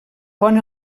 pon